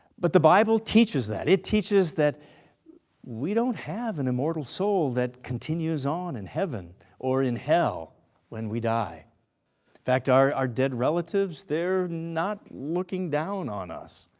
but the bible teaches that. it teaches that we don't have an immortal soul that continues on in heaven or in hell when we die. in fact our dead relatives, they're not looking down on us.